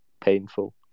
painful